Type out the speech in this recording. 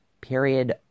period